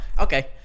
okay